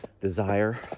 desire